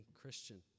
Christian